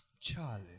Charlie